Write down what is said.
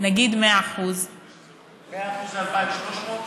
נגיד 100%. 100% זה 2,300?